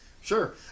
Sure